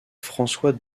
françois